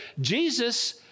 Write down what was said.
Jesus